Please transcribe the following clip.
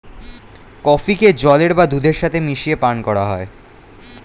কফিকে জলের বা দুধের সাথে মিশিয়ে পান করা হয়